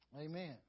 Amen